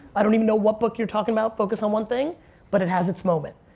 i don't even know what book you're talking about, focus on one thing but it has its moment.